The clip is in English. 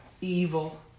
evil